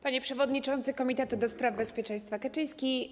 Panie Przewodniczący Komitetu ds. Bezpieczeństwa Kaczyński!